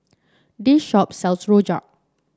this shop sells rojak